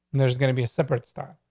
there's gonna be a separate start.